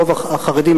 ורוב החרדים,